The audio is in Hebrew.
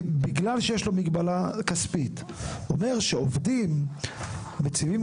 הוא אומר שעובדים מציבים,